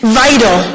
vital